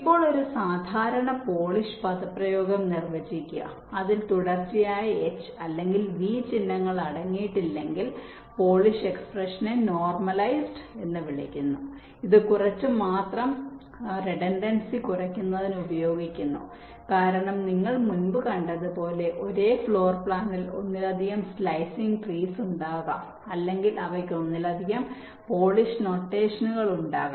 ഇപ്പോൾ ഒരു സാധാരണ പോളിഷ് പദപ്രയോഗം നിർവ്വചിക്കുക അതിൽ തുടർച്ചയായ H അല്ലെങ്കിൽ V ചിഹ്നങ്ങൾ അടങ്ങിയിട്ടില്ലെങ്കിൽ പോളിഷ് എക്സ്പ്രഷനെ നോർമലൈസ്ഡ് എന്ന് വിളിക്കുന്നു ഇത് കുറച്ചുമാത്രം റിഡൻഡൻസി കുറയ്ക്കുന്നതിന് ഉപയോഗിക്കുന്നു കാരണം നിങ്ങൾ മുമ്പ് കണ്ടതുപോലെ ഒരേ ഫ്ലോർ പ്ലാനിൽ ഒന്നിലധികം സ്ലൈസിംഗ് ട്രീസ് ഉണ്ടാകാം അല്ലെങ്കിൽ അവയ്ക്ക് ഒന്നിലധികം പോളിഷ് നൊട്ടേഷനുകൾ ഉണ്ടാകും